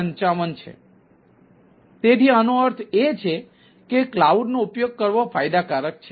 55 છે તેથી આનો અર્થ એ છે કે કલાઉડનો ઉપયોગ કરવો ફાયદાકારક છે